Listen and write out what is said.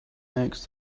makes